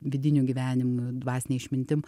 vidiniu gyvenimu dvasine išmintim